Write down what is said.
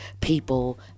people